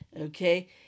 Okay